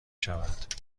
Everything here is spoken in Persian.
شود